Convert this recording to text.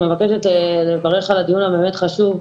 אני מבקשת לברך על הדיון הבאמת חשוב.